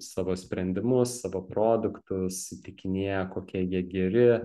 savo sprendimus savo produktus įtikinėja kokie jie geri